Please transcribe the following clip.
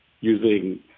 using